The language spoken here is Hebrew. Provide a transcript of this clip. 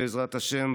בעזרת השם,